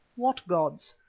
what gods?